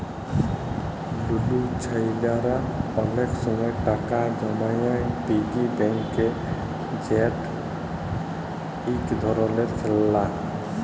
লুলু ছেইলারা অলেক সময় টাকা জমায় পিগি ব্যাংকে যেট ইক ধরলের খেললা